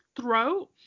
throat